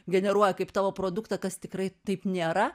generuoja kaip tavo produktą kas tikrai taip nėra